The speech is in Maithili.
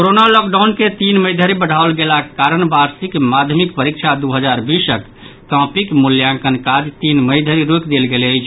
कोरोना लॉकडाउन के तीन मई धरि बढ़ाओल गेलाक कारण वार्षिक माध्यमिक परीक्षा दू हजार बीसक कॉपिक मूल्यांकन कार्य तीन मई धरि रोकि देल गेल अछि